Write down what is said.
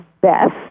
best